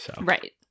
Right